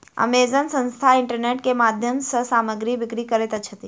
Amazon संस्थान internet के माध्यम सॅ सामग्री बिक्री करैत अछि